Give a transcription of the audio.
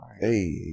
Hey